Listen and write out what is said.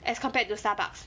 as compared to Starbucks